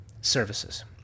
services